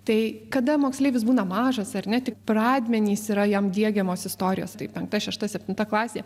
tai kada moksleivis būna mažas ar ne tik pradmenys yra jam diegiamos istorijos tai penkta šešta septinta klasė